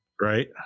Right